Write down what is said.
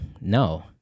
no